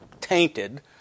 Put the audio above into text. tainted